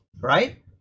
right